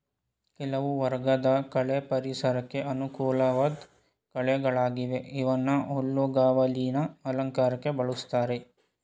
ಕೆಲವು ವರ್ಗದ ಕಳೆ ಪರಿಸರಕ್ಕೆ ಅನುಕೂಲ್ವಾಧ್ ಕಳೆಗಳಾಗಿವೆ ಇವನ್ನ ಹುಲ್ಲುಗಾವಲಿನ ಅಲಂಕಾರಕ್ಕೆ ಬಳುಸ್ತಾರೆ